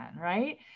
right